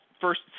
first